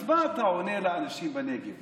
אז מה אתה עונה לאנשים בנגב?